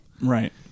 Right